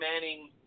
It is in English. Manning